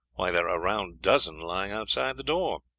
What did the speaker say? why, there are a round dozen lying outside the door.